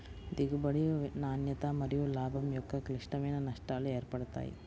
దిగుబడి, నాణ్యత మరియులాభం యొక్క క్లిష్టమైన నష్టాలు ఏర్పడతాయి